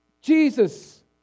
Jesus